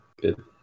Good